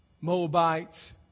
Moabites